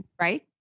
Right